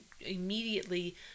immediately